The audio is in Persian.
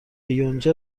یونجه